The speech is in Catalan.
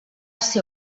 ser